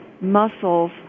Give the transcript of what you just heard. muscles